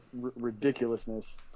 ridiculousness